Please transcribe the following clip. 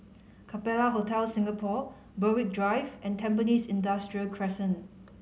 Capella Hotel Singapore Berwick Drive and Tampines Industrial Crescent